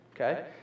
okay